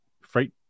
freight